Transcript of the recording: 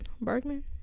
Bergman